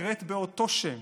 נקראת באותו שם,